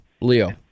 Leo